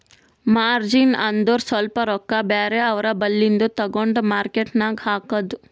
margin ಅಂದುರ್ ಸ್ವಲ್ಪ ರೊಕ್ಕಾ ಬೇರೆ ಅವ್ರ ಬಲ್ಲಿಂದು ತಗೊಂಡ್ ಮಾರ್ಕೇಟ್ ನಾಗ್ ಹಾಕದ್